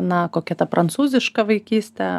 na kokia ta prancūziška vaikystė